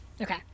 Okay